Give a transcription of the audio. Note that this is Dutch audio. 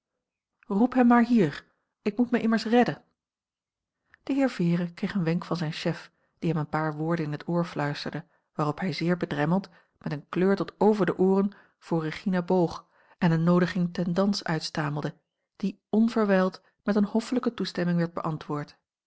roep hem maar hier ik moet mij immers redden de heer vere kreeg een wenk van zijn chef die hem een paar woorden in het oor fluisterde waarop hij zeer bedremmeld met een kleur tot over de ooren voor regina boog en eene noodiging ten dans uitstamelde die onverwijld met eene hoffelijke toestemming werd beantwoord